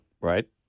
Right